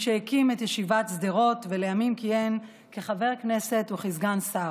מי שהקים את ישיבת שדרות ולימים כיהן כחבר כנסת וכסגן שר.